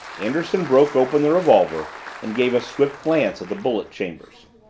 anderson broke open the revolver and gave a swift glance at the bullet chambers.